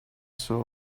sew